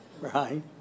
right